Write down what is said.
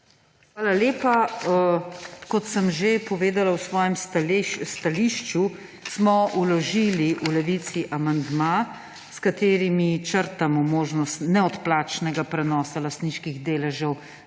Hvala lepa. Kot sem že povedala v svojem stališču, smo vložili v Levici amandma, s katerimi črtamo možnost neodplačnega prenosa lastniških deležev